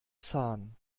zahn